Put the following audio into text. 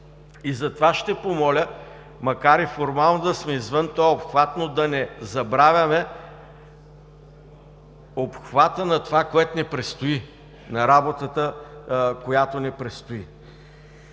Затова ще помоля, макар и да сме извън този обхват, да не забравяме обхватът на това, което ни предстои, на работата, която ни предстои.